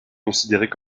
considérées